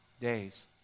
days